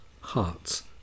hearts